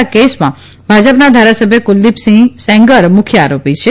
આ કેસમાં ભાજપના ધારાસભ્ય કુલદીપસિંહ સેંગર મુખ્ય આરોપી છે